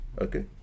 Okay